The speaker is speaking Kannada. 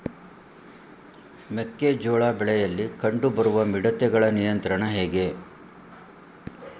ಮೆಕ್ಕೆ ಜೋಳ ಬೆಳೆಯಲ್ಲಿ ಕಂಡು ಬರುವ ಮಿಡತೆಗಳ ನಿಯಂತ್ರಣ ಹೇಗೆ?